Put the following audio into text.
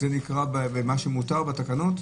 זה נקרא משהו שהוא מותר, בתקנות?